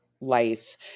life